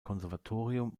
konservatorium